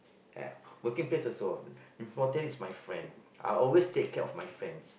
ya working place also important is my friend I always take care of my friends